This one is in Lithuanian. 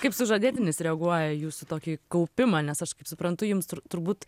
kaip sužadėtinis reaguoja į jūsų tokį kaupimą nes aš kaip suprantu jums turbūt